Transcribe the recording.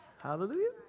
Hallelujah